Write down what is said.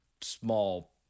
small